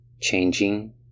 changing